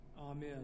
Amen